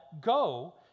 go